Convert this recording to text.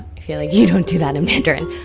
feel like you don't do that in mandarin